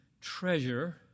treasure